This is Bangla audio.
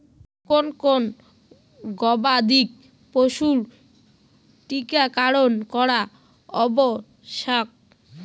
কোন কোন গবাদি পশুর টীকা করন করা আবশ্যক?